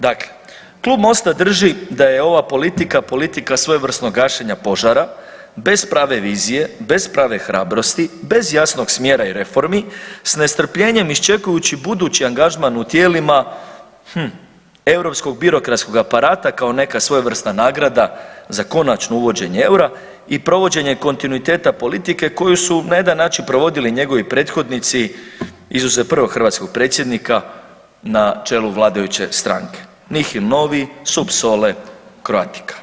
Dakle, klub Mosta drži da je ova politika, politika svojevrsnog gašenja požara, bez prave vizije, bez prave hrabrosti, bez jasnog smjera i reformi s nestrpljenjem iščekujući budući angažman u tijelima, hm europskog birokratskog aparata kao neka svojevrsna nagrada za konačno uvođenje eura i provođenje kontinuiteta politike koju su na jedan način provodili njegovi prethodnici, izuzev prvog hrvatskog predsjednika na čelu vladajuće stranke „nihil novi sub sole croatica“